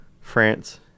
France